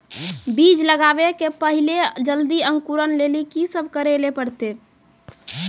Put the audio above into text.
बीज लगावे के पहिले जल्दी अंकुरण लेली की सब करे ले परतै?